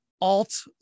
alt